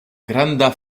granda